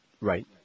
Right